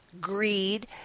greed